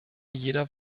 jeder